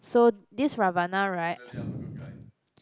so this Ravana right